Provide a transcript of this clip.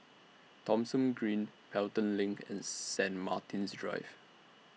Thomson Green Pelton LINK and Saint Martin's Drive